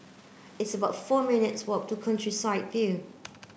it's about four minutes walk to Countryside View